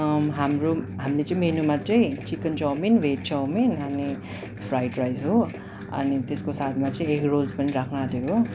हाम्रो हामीले चाहिँ मेनुमा चाहिँ चिकन चौमिन भेज चौमिन अनि फ्राइड राइस हो अनि त्यसको साथमा चाहिँ एगरोल्स पनि राख्न आँटेको